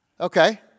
Okay